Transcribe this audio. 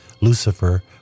Lucifer